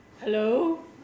hello